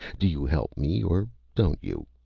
do you help me, or don't you?